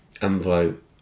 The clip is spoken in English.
envelope